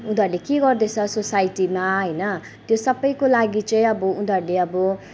उनीहरूले के गर्दैछ सोसाइटीमा होइन त्यो सबैको लागि चाहिँ अब उनीहरूले अब